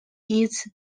its